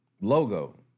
logo